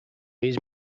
his